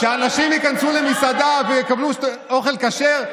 שאנשים ייכנסו למסעדה ויקבלו אוכל כשר,